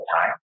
time